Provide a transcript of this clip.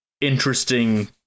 interesting